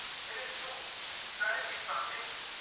it is true strategy is transient.